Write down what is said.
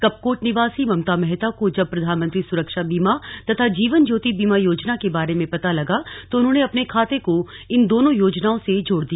कपकोट निवासी ममता मेहता को जब प्रधानमंत्री सुरक्षा बीमा तथा जीवन ज्योति बीमा योजना के बारे में पता लगा तो उन्होंने अपने खाते को इन दोनों योजनाओं से जोड़ दिया